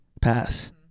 pass